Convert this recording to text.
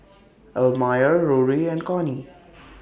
Elmire Rory and Connie